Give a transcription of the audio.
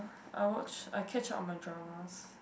I watch I catch up on my dramas